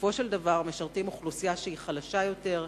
בסופו של דבר משרתים אוכלוסייה שהיא חלשה יותר,